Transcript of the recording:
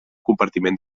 compartiment